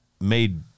made